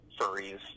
furries